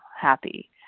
happy